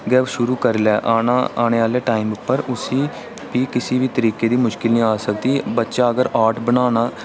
गै शुरू करी लै आना जां आने आह्ले टाईम गी पर उसी बी किसै बी तरीके दी मुश्कल आई निं सकदी की बच्चा अगर आर्ट बनाना